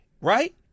Right